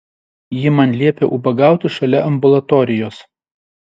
ji man liepė ubagauti šalia ambulatorijos